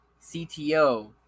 CTO